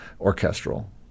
orchestral